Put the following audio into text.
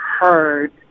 heard